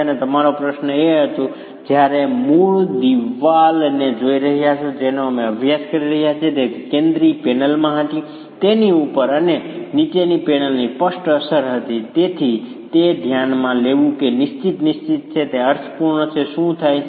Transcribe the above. અને તમારો પ્રશ્ન એ હતો કે જ્યારે તમે મૂળ દિવાલને જોઈ રહ્યા છો જેનો અમે અભ્યાસ કરી રહ્યા હતા તે કેન્દ્રિય પેનલમાં હતી તેની ઉપર અને નીચેની પેનલની સ્પષ્ટ અસર હતી અને તેથી તે ધ્યાનમાં લેવું કે નિશ્ચિત નિશ્ચિત છે તે અર્થપૂર્ણ છે કે શું થાય છે